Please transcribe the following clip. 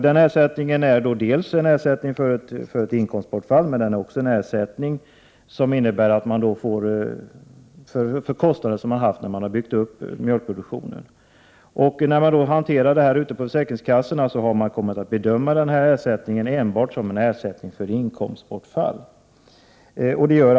Det är fråga om dels ersättning för inkomstbortfall, dels ersättning för kostnader man haft när man byggt upp sin mjölkproduktion. Försäkringskassorna har vid sin bedömning utgått från att det gäller ersättning enbart för inkomstbortfall.